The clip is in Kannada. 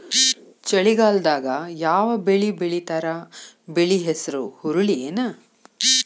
ಚಳಿಗಾಲದಾಗ್ ಯಾವ್ ಬೆಳಿ ಬೆಳಿತಾರ, ಬೆಳಿ ಹೆಸರು ಹುರುಳಿ ಏನ್?